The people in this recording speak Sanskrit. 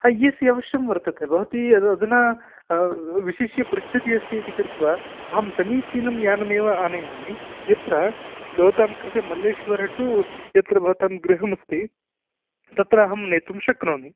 ए सि अवश्यं वर्तते भवती यत् अधुना विशिष्य पृच्छती अस्ति इति कृत्वा अहं समीचिनं यानमेव आनयामि यत्र भवतां कृते मल्लेश्वर टु यत्र भवतां गृहमस्ति तत्र अहं नेतुं शक्नोमि